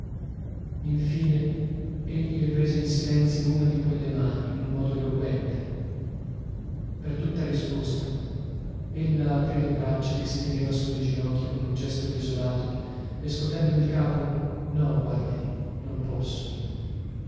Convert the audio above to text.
infine egli le prese in silenzio una di quelle mani in un modo eloquente per tutta risposta ella aprì le braccia che si teneva sulle ginocchia con un gesto desolato e scotendo il capo no no non posso